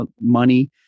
money